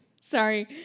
Sorry